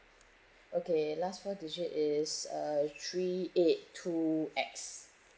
okay last digit is uh three eight two X